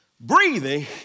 breathing